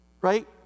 Right